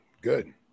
good